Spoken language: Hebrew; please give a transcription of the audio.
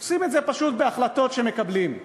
עושים את זה פשוט בהחלטות שמקבלים.